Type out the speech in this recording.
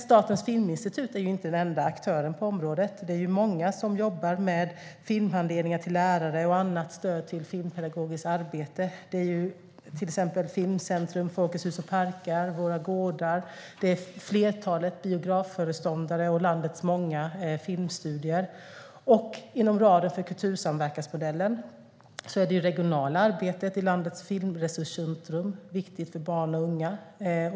Statens filminstitut är inte den enda aktören på området. Det är många som jobbar med filmhandledningar till lärare och annat stöd till filmpedagogiskt arbete. Det gör till exempel Filmcentrum, Folkets Hus och Parker, Våra Gårdar, flertalet biografföreståndare och landets många filmstudior. Inom ramen för kultursamverkansmodellen är det regionala arbetet i landets filmresurscentrum viktigt för barn och unga.